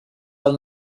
del